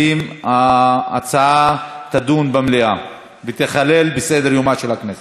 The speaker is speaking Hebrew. ההצעה תיכלל בסדר-יומה של הכנסת ותידון במליאה.